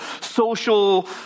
social